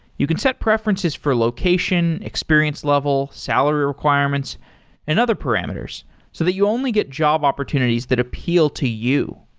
you can set preferences for location, experience level, salary requirements and other parameters so that you only get job opportunities that appeal to you.